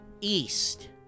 east